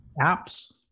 Apps